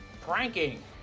pranking